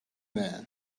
there